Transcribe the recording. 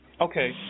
Okay